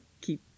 keep